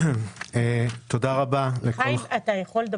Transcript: תודה רבה לכולם.